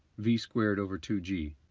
v squared over two g.